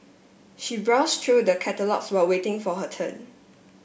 she browse through the catalogues while waiting for her turn